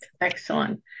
Excellent